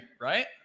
right